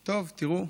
טוב, תראו,